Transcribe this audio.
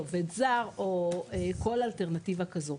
עובד זר או כל אלטרנטיבה כזאת.